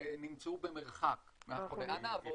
שנמצאו במרחק מהחולה.